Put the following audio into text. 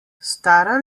stara